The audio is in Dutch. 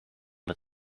met